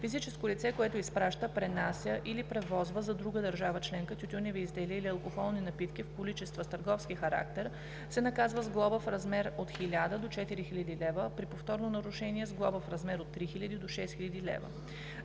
Физическо лице, което изпраща, пренася или превозва за друга държава членка тютюневи изделия или алкохолни напитки в количества с търговски характер, се наказва с глоба в размер от 1000 до 4000 лв., а при повторно нарушение – с глоба в размер от 3000 до 6000 лв.